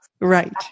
Right